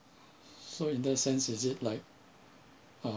so in that sense is it like uh